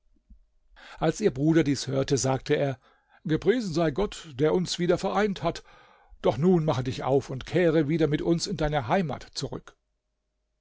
als ihr bruder dies hörte sagte er gepriesen sei gott der uns wieder vereint hat doch nun mache dich auf und kehre wieder mit uns in deine heimat zurück